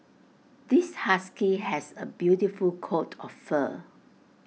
this husky has A beautiful coat of fur